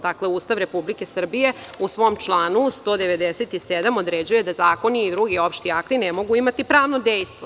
Dakle, Ustav Republike Srbije u svom članu 197. određuje da zakoni i drugi opšti akti ne mogu imati pravno dejstvo.